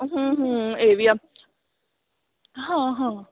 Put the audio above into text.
ਇਹ ਵੀ ਆ ਹਾਂ ਹਾਂ